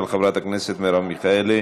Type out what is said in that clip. של חברת הכנסת מרב מיכאלי.